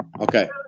Okay